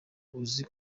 uzi